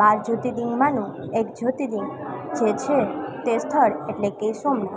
બાર જ્યોતિર્લિંગમાં નું એક જ્યોતિર્લિંગ જે છે તે સ્થળ એટલે કે સોમનાથ